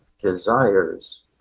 desires